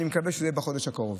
אני מקווה שזה יהיה בחודש הקרוב.